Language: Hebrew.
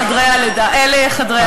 אל חדרי הלידה, אל חדרי התינוקות.